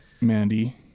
Mandy